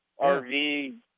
RV